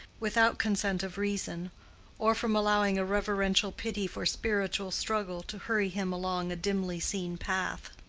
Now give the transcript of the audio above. without consent of reason or from allowing a reverential pity for spiritual struggle to hurry him along a dimly-seen path.